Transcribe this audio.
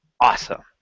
awesome